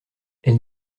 elle